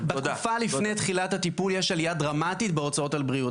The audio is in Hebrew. בתקופה לפני תחילת הטיפול יש עלייה דרמטית בהוצאות על בריאות.